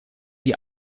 die